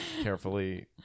carefully